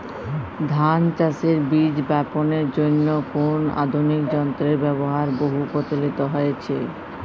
ধান চাষের বীজ বাপনের জন্য কোন আধুনিক যন্ত্রের ব্যাবহার বহু প্রচলিত হয়েছে?